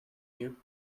you